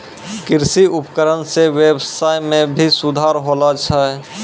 कृषि उपकरण सें ब्यबसाय में भी सुधार होलो छै